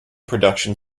production